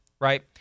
right